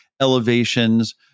elevations